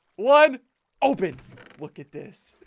one open look at this.